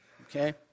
Okay